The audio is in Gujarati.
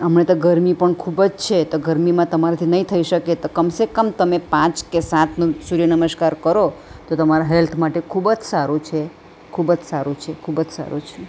હમણે તો ગરમી પણ ખૂબ જ છે તો ગરમીમાં તમારાથી નહીં થઈ શકે તો કમ સે કમ તમે પાંચ કે સાત સૂર્યનમસ્કાર કરો તો તમારા હેલ્થ માટે ખૂબ જ સારું છે ખૂબ જ સારું છે ખૂબ જ સારું છે